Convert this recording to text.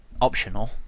optional